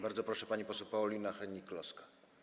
Bardzo proszę, pani poseł Paulina Hennig-Kloska.